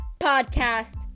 podcast